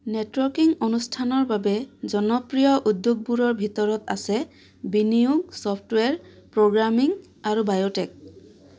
networking অনুষ্ঠানৰ বাবে জনপ্ৰিয় উদ্যোগবোৰৰ ভিতৰত আছে বিনিয়োগ ছফ্টৱেৰ প্ৰ'গ্ৰামিং আৰু বায়'টেক